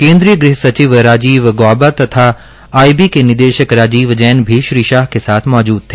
केन्द्रीय गृह सचिव राजीव गाबा तथा आईबी के निदेशक राजीव जैन भी श्री अमित शाह के साथ मौजूद थ